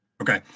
Okay